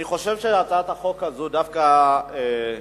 אני חושב שהצעת החוק הזאת דווקא במקומה,